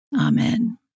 Amen